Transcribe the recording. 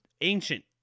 ancient